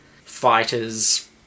fighters